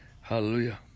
Hallelujah